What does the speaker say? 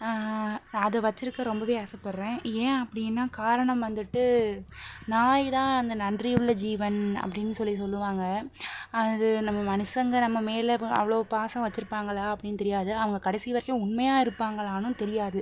அதை வச்சிருக்க ரொம்பவே ஆசைப்படுறேன் ஏன் அப்படினா காரணம் வந்துட்டு நாய்தான் அந்த நன்றி உள்ள ஜீவன் அப்படினு சொல்லி சொல்லுவாங்க அது நம்ம மனுஷங்க நம்ம மேல் அவ்வளோ பாசம் வச்சிருப்பாங்களா அப்படினு தெரியாது அவங்க கடைசி வரைக்கும் உண்மையாக இருப்பாங்களானும் தெரியாது